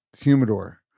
humidor